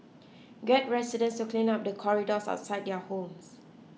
get residents to clean up the corridors outside their homes